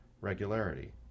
regularity